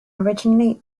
originally